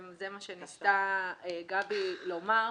וזה מה שניסתה גבריאלה לומר,